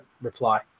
reply